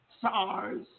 SARS